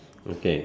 okay